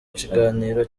kiganiro